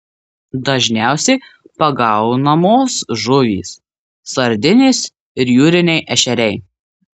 dažniausiai pagaunamos žuvys sardinės ir jūriniai ešeriai